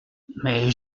mais